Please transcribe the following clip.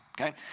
Okay